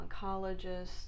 oncologist